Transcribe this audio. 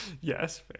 yes